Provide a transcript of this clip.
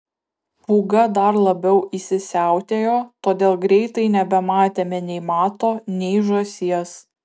pūga dar labiau įsisiautėjo todėl greitai nebematėme nei mato nei žąsies